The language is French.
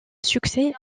succès